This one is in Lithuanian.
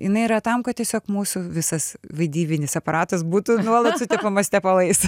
jinai yra tam kad tiesiog mūsų visas vaidybinis aparatas būtų nuolat sutepamas tepalais